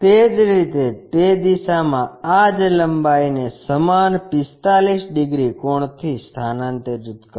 તે જ રીતે તે દિશામાં આં જ લંબાઈને સમાન 45 ડિગ્રી કોણથી સ્થાનાંતરિત કરો